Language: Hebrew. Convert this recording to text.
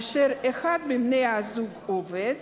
אשר אחד מבני-הזוג עובד,